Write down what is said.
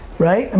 right? um